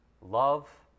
love